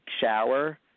shower